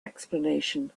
explanation